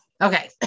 okay